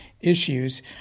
issues